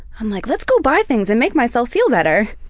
i'm like let's go buy things and make myself feel better.